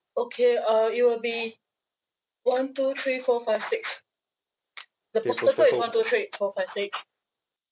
okay uh it will be one two three four five six the postal code is one two three four five six